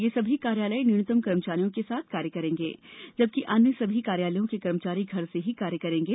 ये सभी कार्यालय न्यूनतम कर्मचारियों के साथ कार्य करेंगे जबकि अन्य समी कार्यालयों के कर्मचारी घर से ही कार्य करेंगे